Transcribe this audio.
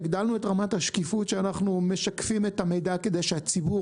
הגדלנו את רמת השקיפות שאנחנו משקפים את המידע כדי שהציבור,